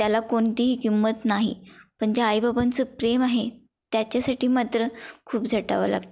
त्याला कोणतीही किंमत नाही पण जे आई बाबांचं प्रेम आहे त्याच्यासाठी मात्र खूप झटावं लागतं